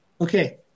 Okay